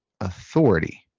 authority